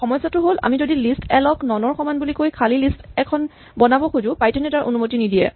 সমস্যাটো হ'ল আমি যদি লিষ্ট এল ক নন ৰ সমান বুলি কৈ খালী লিষ্ট এখন বনাব খোজো পাইথন এ তাৰ অনুমতি নিদিয়ে